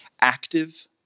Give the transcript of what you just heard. Active